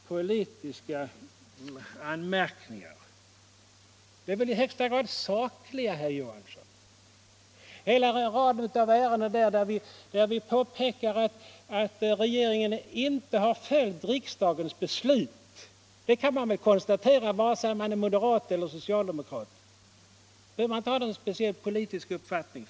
Hela raden av ärenden där vi påpekar att regeringen inte har följt riksdagens beslut är väl i högsta grad sakliga, herr Johansson! Det kan man väl konstatera oavsett om man är moderat eller socialdemokrat. För det behöver man väl inte ha någon speciell politisk uppfattning.